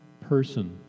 person